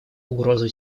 угрозу